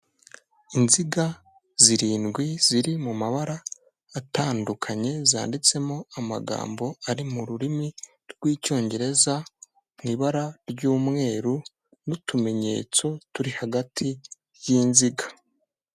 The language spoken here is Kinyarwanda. Inziga zirindwi ziri mu mabara atandukanye zanditsemo amagambo ari mu rurimi rw'Icyongereza mu ibara ry'mweru n'utumenyetso turi hagati y'inziga.